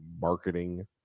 marketing